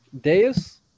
Deus